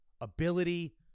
ability